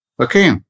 Okay